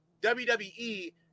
WWE